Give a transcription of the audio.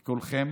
וכולכם.